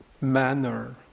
manner